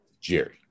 Jerry